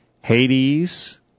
Hades